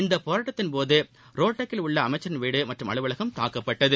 இந்த போராட்டத்தின் போது ரோட்டக்கில் உள்ள அமைச்சின் வீடு மற்றும் அலுவலகம் தாக்கப்பட்டகு